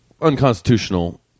unconstitutional